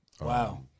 Wow